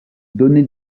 donnait